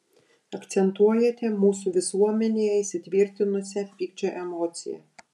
akcentuojate mūsų visuomenėje įsitvirtinusią pykčio emociją